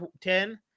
Ten